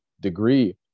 degree